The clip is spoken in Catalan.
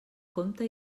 compte